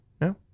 No